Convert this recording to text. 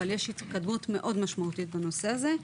אבל יש התקדמות משמעותית מאוד בנושא הזה.